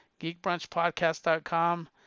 geekbrunchpodcast.com